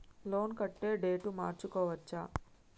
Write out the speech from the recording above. Loan కట్టే date మార్చుకోవచ్చా?